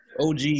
OG